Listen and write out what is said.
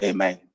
Amen